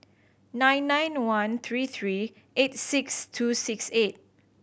nine nine one three three eight six two six eight